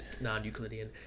Non-Euclidean